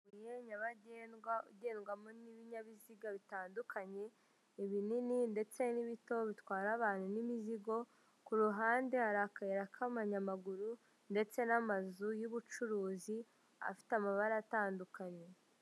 Umuhanda nyabagendwa ugendwamo n'ibinyabiziga bitandukanye ibinini ndetse n'ibito bitwara abantu n'imizigo, ku ruhande hari akayira k'amanyamaguru ndetse n'amazu y'ubucuruzi afite amabara atandukanye.